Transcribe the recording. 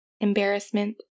embarrassment